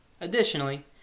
Additionally